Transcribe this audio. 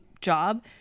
job